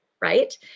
right